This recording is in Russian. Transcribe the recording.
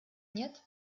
нет